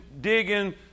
digging